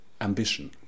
ambition